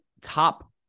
top